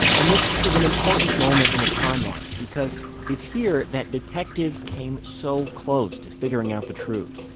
and this is an important moment in the timeline, because it's here that detectives came so close to figuring out the truth.